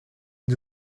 une